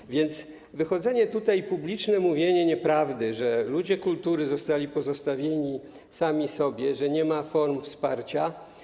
Tak więc wychodzenie tutaj i publiczne mówienie nieprawdy, że ludzie kultury zostali pozostawieni sami sobie, że nie ma form wsparcia.